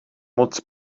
moc